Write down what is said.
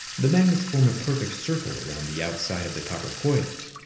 the magnets form a perfect circle around the outside of the copper coils.